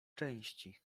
części